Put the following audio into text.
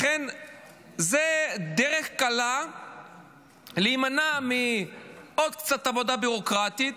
לכן זו דרך קלה להימנע מעוד קצת עבודה ביורוקרטית